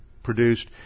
produced